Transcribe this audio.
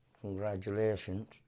Congratulations